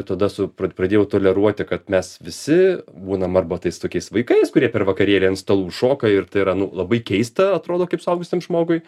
tada su pra pradėjau toleruoti kad mes visi būnam arba tais tokiais vaikais kurie per vakarienę ant stalų šoka ir tai yra nu labai keista atrodo kaip suaugusiam žmogui